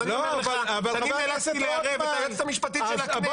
אז אני מראה לך שאני נאצלתי לערב את היועצת המשפטית של הכנסת,